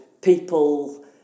people